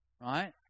right